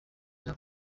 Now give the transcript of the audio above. yabo